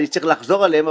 אני צריך לחזור עליהם,